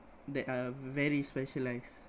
that are very specialized